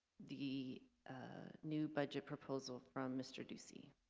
the new budget proposal from mr. ducey